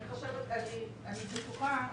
אני בטוחה,